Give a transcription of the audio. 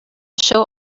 show